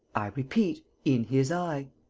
i repeat, in his eye.